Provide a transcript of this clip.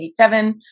1987